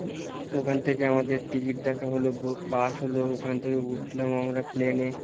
ওখান থেকে আমাদের টিকিট দেখা হলো পাস হলো ওখান থেকে উঠলাম আমরা প্লেনে